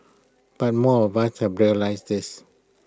but more of us have to realise this